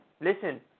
listen